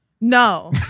No